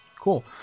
cool